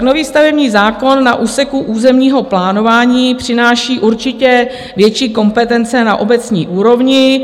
Nový stavební zákon na úseku územního plánování přináší určitě větší kompetence na obecní úrovni.